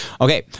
Okay